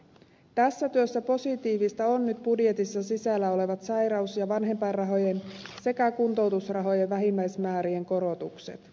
tässä työssä positiivista on nyt budjetissa sisällä olevat sairaus ja vanhempainrahojen sekä kuntoutusrahojen vähimmäismäärien korotukset